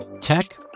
Tech